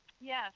Yes